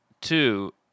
two